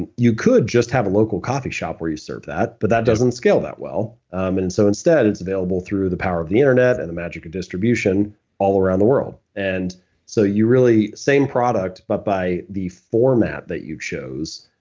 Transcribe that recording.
you you could just have a local coffee shop where you serve that, but that doesn't scale that well. and so instead, it's available through the power of the internet and the magic of distribution all around the world and so really same product, but by the format that you chose,